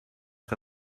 que